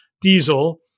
diesel